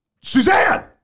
Suzanne